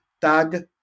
tag